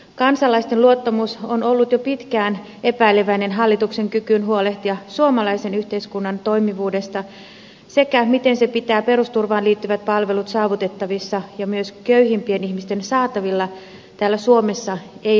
kansalaisten luottamus on ollut jo pitkään epäileväinen suhteessa hallituksen kykyyn huolehtia suomalaisen yhteiskunnan toimivuudesta ja siihen miten se pitää perusturvaan liittyvät palvelut saavutettavissa ja myös köyhimpien ihmisten saatavilla täällä suomessa ei euroopassa